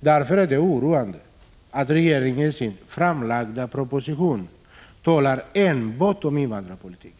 Därför är det oroande att regeringen i sin framlagda proposition talar enbart om invandrarpolitiken.